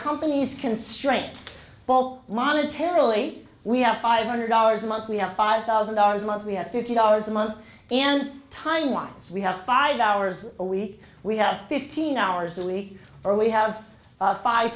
company's constraints ball monetary late we have five hundred dollars a month we have five thousand dollars a month we have fifty dollars a month and time once we have five hours a week we have fifteen hours a week or we have five